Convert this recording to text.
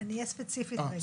אני אהיה ספציפית, רגע.